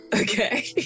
Okay